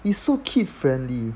it's so kid friendly